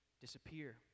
disappear